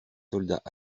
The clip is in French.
soldats